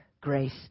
grace